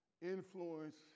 influence